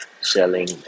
selling